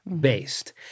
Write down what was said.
based